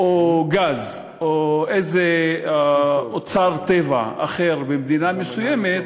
או גז או איזה אוצר טבע אחר במדינה מסוימת,